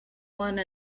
one